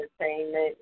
entertainment